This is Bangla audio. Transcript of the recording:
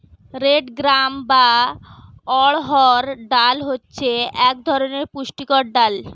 রেড গ্রাম বা অড়হর ডাল হচ্ছে এক ধরনের পুষ্টিকর ডাল